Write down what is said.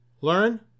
learn